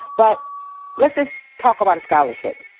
but let's just talk about a scholarship.